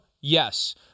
yes